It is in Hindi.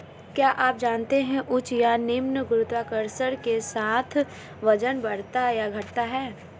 क्या आप जानते है उच्च या निम्न गुरुत्वाकर्षण के साथ वजन बढ़ता या घटता है?